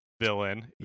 villain